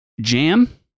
jam